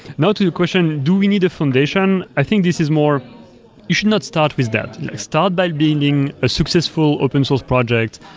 now, to your question. do we need a foundation? i think this is more you should not start with that. start by building a successful open source project.